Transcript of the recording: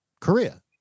Korea